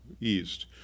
east